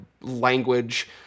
language